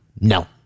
No